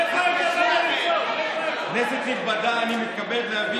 איפה היית, כנסת נכבדה, אני מתכבד להביא